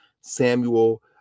Samuel